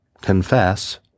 confess